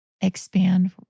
expand